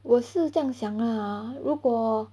我是这样想 lah 如果